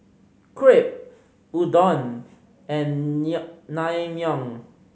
Crepe Udon and Naengmyeon